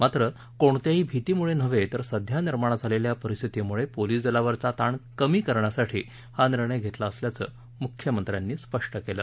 मात्र कोणत्याही भीतीमुळे नव्हे तर सध्या निर्माण झालेल्या परिस्थितीमुळे पोलिस दलावरचा ताण कमी करण्यासाठी हा निर्णय घेतला असल्याचं मुख्यमंत्र्यांनी स्पष्ट केलं